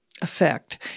effect